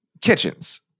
Kitchens